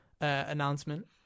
announcement